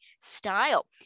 style